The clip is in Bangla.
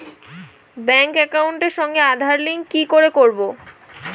ব্যাংক একাউন্টের সঙ্গে আধার লিংক কি করে করবো?